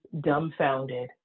dumbfounded